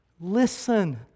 Listen